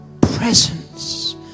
presence